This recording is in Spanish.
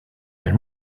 del